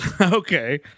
Okay